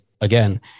again